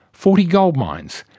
forty gold mines,